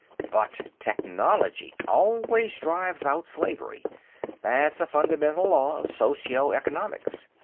but technology always drives out slavery that's a fundamental law of socio-economics.